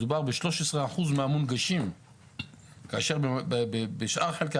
מדובר ב-13% מהמונגשים כאשר בשאר חלקי